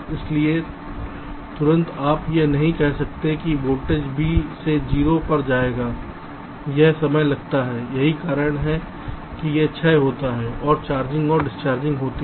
इसलिए तुरंत आप यह नहीं कह सकते हैं कि वोल्टेज v से 0 पर जाएगा यह समय लगता है यही कारण है कि एक क्षय होता है और चार्जिंग और डिसचार्जिंग होती है